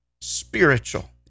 spiritual